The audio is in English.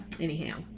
anyhow